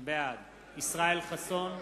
בעד ישראל חסון,